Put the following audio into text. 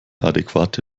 adäquate